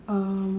um